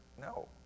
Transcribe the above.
No